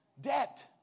Debt